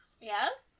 Yes